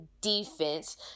defense